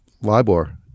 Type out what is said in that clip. LIBOR